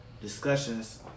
discussions